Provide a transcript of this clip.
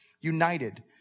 united